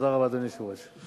תודה רבה, אדוני היושב-ראש.